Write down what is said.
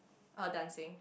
uh dancing